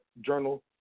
Journal